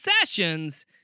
Sessions